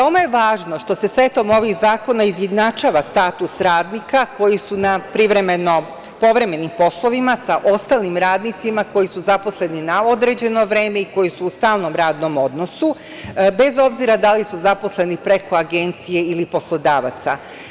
Veoma je važno što se setom ovih zakona izjednačava status radnika koji su na privremeno povremenim poslovima sa ostalim radnicima koji su zaposleni na određeno vreme i koji su u stalnom radnom odnosu bez obzira da li su zaposleni preko agencije ili poslodavaca.